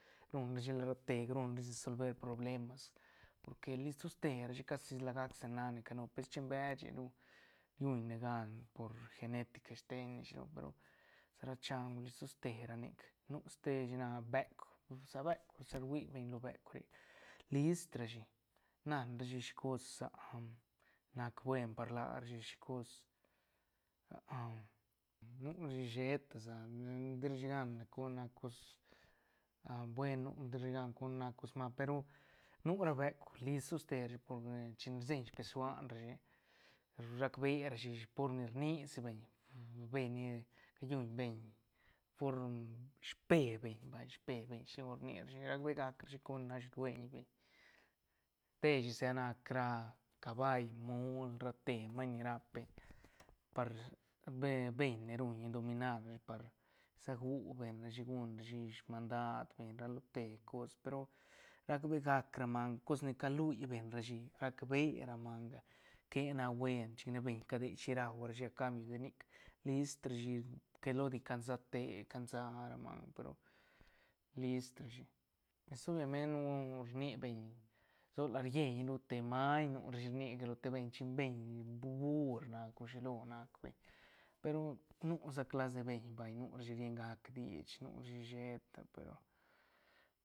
Ruñ rashi rate ruñ rashi resolver problemas porque list toste rashi casi la gac sa nac ne canu per beche ru ruñne gan por genetica steñne shilo pe ru sa ra chaung list toste ra nic nu ste shi nac beuk sa beuk sa rui beñ lo beuk list ra shi nan rashi shicos nac buen par larashi shicos nu rashi sheta sa ti ra shi gan con ni nac cos a buen nu ti rashi gan con nac cos mal pe ru nu ra beuk list toste rashi por ni china rseñ speshuan rashi rac be rashi por ni rni si beñ bee ni callun beñ form spe beñ vay spe beñ shilo rni rashi rac be gac rashi con nac shudeiñ beñ te shi sic nac ra cabaal mul rate maiñ ni rap beñ par be beñ ne ruñ dominar ra shi par sagu beñ rashi guñ rashi smandad beñ ra lo te cos pe ru rac be gac ra manga cos ni ca lui beñ rashi rac be ra manga que nac buen chic ne beñ cadei shi rau rashi a cambio de nic list rashi que lodi cansa te cansa ra manga pe ru list ra shi pues obviament nu rni beñ sola rieñ ru te maiñ nu ra shi rni que lo te beñ chin beñ bur nac o shilo nac beñ pe ru nu sa clas de beñ vay nu rashi rien gac dich nu ra shi sheta pe ru.